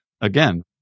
Again